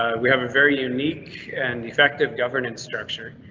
ah we have a very unique and effective governance structure.